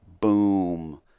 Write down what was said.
boom